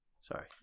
Sorry